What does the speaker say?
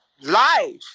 Life